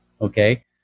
okay